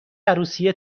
عروسی